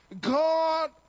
god